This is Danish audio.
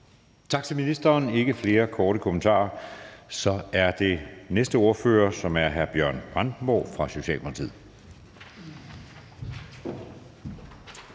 Tak til ministeren. Der er ikke flere korte bemærkninger. Så er det den næste ordfører, som er hr. Bjørn Brandenborg fra Socialdemokratiet.